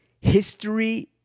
history